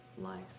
life